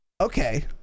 Okay